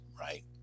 right